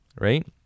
right